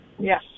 Yes